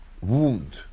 wound